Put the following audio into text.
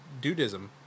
Dudism